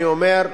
אני אומר: